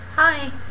Hi